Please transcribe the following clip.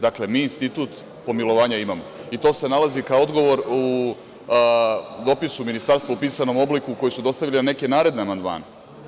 Dakle, mi institut pomilovanja imamo i to se nalazi kao odgovor u dopisu Ministarstvu u pisanom obliku koji su dostavili na neke naredne amandmane.